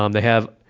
um they have,